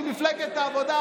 ועם מפלגת העבודה,